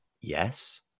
Yes